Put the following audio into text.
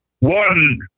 one